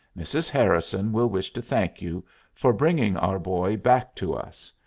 mrs. harrison will wish to thank you for bringing our boy back to us.